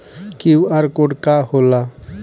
QR code का होला?